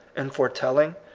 in foretelling,